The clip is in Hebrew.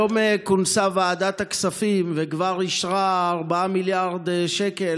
היום כונסה ועדת הכספים וכבר אישרה 4 מיליארד שקל